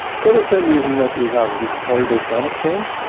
for the same reason that we have this horrible climate change.